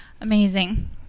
Amazing